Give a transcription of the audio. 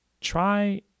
Try